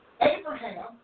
Abraham